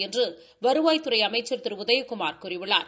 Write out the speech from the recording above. என்று வருவாய்த்துறை அமைச்சர் திரு உதயகுமார் கூறியுள்ளார்